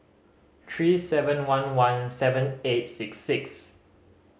three seven one one seven eight six six